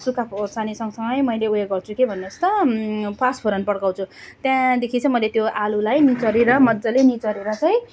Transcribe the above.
सुक्खा खुर्सानी सँग सँगै मैले उयो गर्छु के भन्नु होस् त पाँच फोरन पड्काउँछु त्यहाँदेखि चाहिँ मैले त्यो आलुलाई निचोरेर मजाले निचोरेर चाहिँ